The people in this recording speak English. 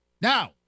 Now